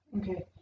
Okay